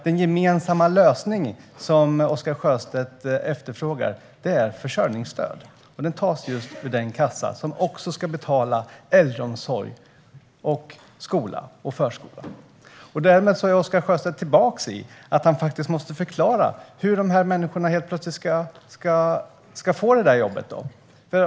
Den gemensamma lösning som Oscar Sjöstedt efterfrågar är alltså försörjningsstöd, som tas ur den kassa som också ska betala för äldreomsorg, skola och förskola. Därmed är Oscar Sjöstedt tillbaka i att han faktiskt måste förklara hur dessa människor helt plötsligt ska få jobb.